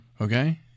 Okay